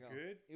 good